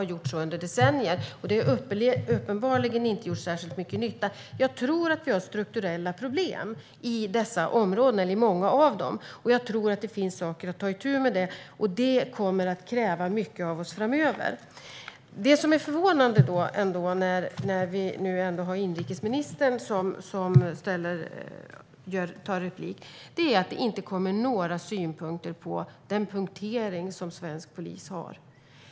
Så har det varit i decennier, och det har uppenbarligen inte gjort särskilt mycket nytta. Jag tror att vi har strukturella problem i många av dessa områden, och jag tror att det finns saker att ta itu med. Det kommer att kräva mycket av oss framöver. Det som ändå är förvånande när inrikesministern nu begär replik är att det inte kommer några synpunkter på punkteringen inom svensk polis.